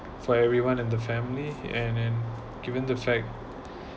for everyone in the family and then given the fact